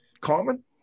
common